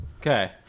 Okay